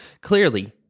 Clearly